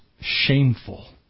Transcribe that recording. shameful